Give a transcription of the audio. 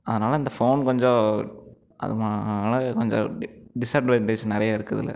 அதனால் இந்த ஃபோன் கொஞ்சம் அதனால் கொஞ்சம் டிஸ்அட்வான்டேஜ் நிறைய இருக்குது இதில்